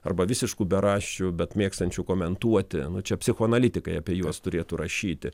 arba visiškų beraščių bet mėgstančių komentuoti čia psichoanalitikai apie juos turėtų rašyti